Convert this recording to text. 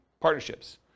partnerships